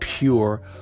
pure